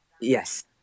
Yes